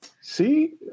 See